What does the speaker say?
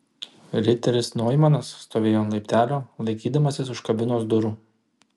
riteris noimanas stovėjo ant laiptelio laikydamasis už kabinos durų